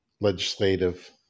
legislative